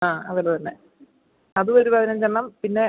ആ അതിൽ തന്നെ അത് ഒര് പതിനഞ്ചെണ്ണം പിന്നെ